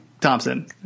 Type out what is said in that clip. Thompson